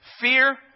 Fear